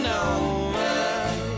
over